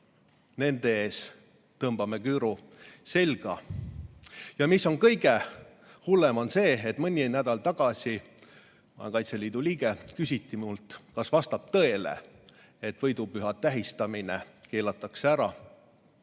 seisab, tõmbame küüru selga. Kõige hullem on see, et kui mõni nädal tagasi (ma olen Kaitseliidu liige) küsiti mult, kas vastab tõele, et võidupüha tähistamine keelatakse ära,